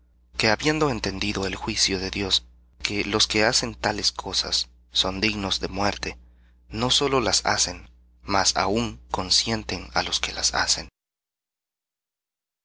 que habiendo entendido el juicio de dios que los que hacen tales cosas son dignos de muerte no sólo las hacen mas aun consienten á los que